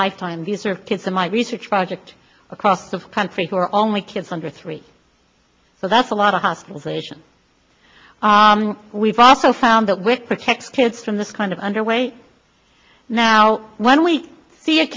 lifetime these are kids in my research project across the country who are only kids under three so that's a lot of hospitalization we've also found that with protect kids from this kind of underway now when we see a